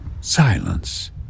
Silence